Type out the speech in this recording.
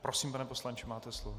Prosím, pane poslanče, máte slovo.